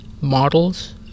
models